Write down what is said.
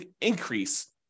increase